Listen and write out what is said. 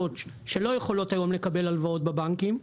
שלא יכולות היום לקבל הלוואות בבנקים,